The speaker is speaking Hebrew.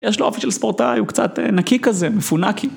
יש לו אופי של ספורטאי, הוא קצת נקי כזה, מפונקי.